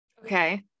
okay